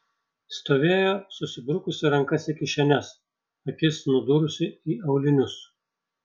stovėjo susibrukusi rankas į kišenes akis nudūrusi į aulinius